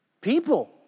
people